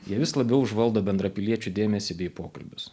jie vis labiau užvaldo bendrapiliečių dėmesį bei pokalbius